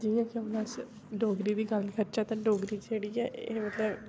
जियां के अऊं अस डोगरी दी गल्ल करचै तां डोगरी जेह्ड़ी ऐ एह् मतलब